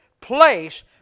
place